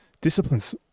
disciplines